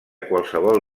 qualsevol